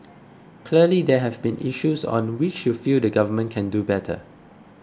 clearly there have been issues on which you feel the government can do better